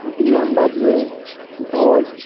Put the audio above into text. BMW dodge